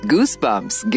Goosebumps